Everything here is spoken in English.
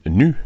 nu